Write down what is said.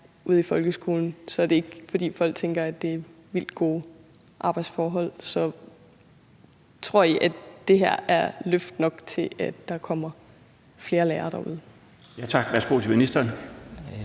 ude i folkeskolen, tænker jeg, at langt de fleste ikke tænker, at det er vildt gode arbejdsforhold. Så tror I, at det her løft er nok til, at der kommer flere lærere derude? Kl. 14:35 Den